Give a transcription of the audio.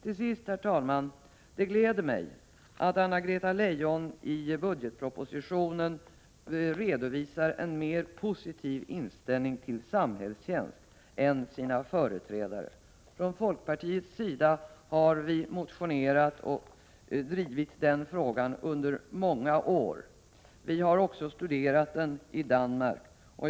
Till sist vill jag säga att det gläder mig att Anna-Greta Leijon i budgetpropositionen redovisar en mer positiv inställning till samhällstjänst än sina företrädare. Från folkpartiets sida har vi motionerat, och drivit den frågan under många år. Vi har också studerat den i Danmark.